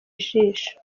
ijisho